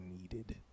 needed